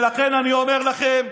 ולכן אני אומר לכם,